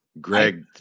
Greg